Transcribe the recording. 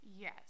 Yes